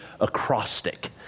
acrostic